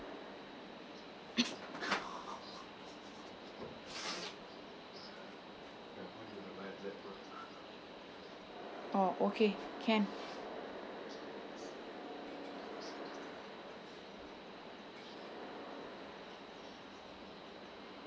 oh okay can